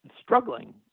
struggling